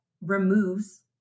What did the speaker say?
removes